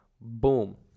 boom